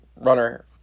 runner